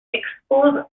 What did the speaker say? expose